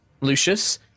Lucius